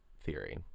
theory